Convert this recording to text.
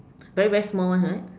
very very small one right